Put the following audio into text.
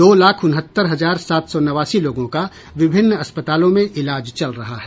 दो लाख उनहत्तर हजार सात सौ नवासी लोगों का विभिन्न अस्पतालों में इलाज चल रहा है